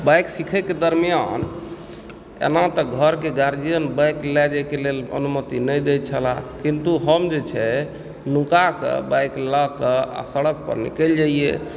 bike सिखयके दरमियाँ एना तऽ घरके गार्जियन बाइक लय जाइके लेल अनुमति नहि दय छलाह किन्तु हम जे छै नुका कए बाइक लके आ सड़क पर निकलि जइए